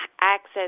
access